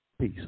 Peace